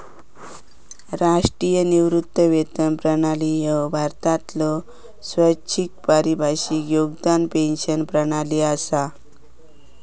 राष्ट्रीय निवृत्ती वेतन प्रणाली ह्या भारतातलो स्वैच्छिक परिभाषित योगदान पेन्शन प्रणाली असा